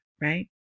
right